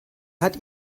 hat